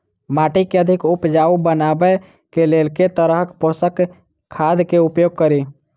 माटि केँ अधिक उपजाउ बनाबय केँ लेल केँ तरहक पोसक खाद केँ उपयोग करि?